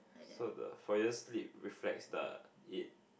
so the for you sleep reflects the it